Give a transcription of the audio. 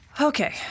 Okay